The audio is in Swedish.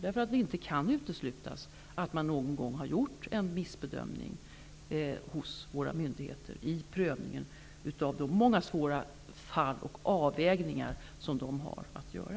Det kan inte uteslutas att det någon gång har gjorts en missbedömning hos våra myndigheter när det gäller prövningen av de många svåra fall och de avvägningar man har att göra.